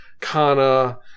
Kana